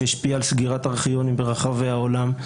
שהשפיעה על סגירת ארכיונים ברחבי העולם,